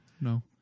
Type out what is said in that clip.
no